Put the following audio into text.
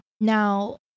Now